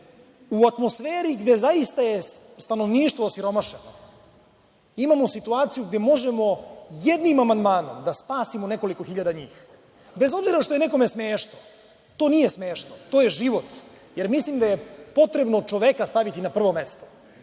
u atmosferi gde je zaista stanovništvo osiromašeno imamo situaciju gde možemo jednim amandmanom da spasimo nekoliko hiljade njih, bez obzira što je nekome smešno, to nije smešno, to je život, jer mislim da je potrebno čoveka staviti na prvo mesto,